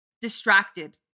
Distracted